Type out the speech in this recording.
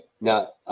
Now